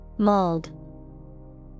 Mold